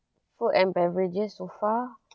food and beverages so far